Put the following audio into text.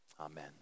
Amen